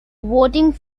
voting